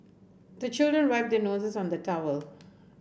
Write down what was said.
the children wipe their noses on the towel